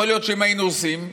יכול להיות שאם היינו עושים,